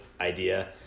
idea